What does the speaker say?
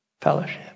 fellowship